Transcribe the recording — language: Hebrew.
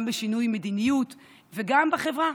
גם בשינוי מדיניות וגם בחברה.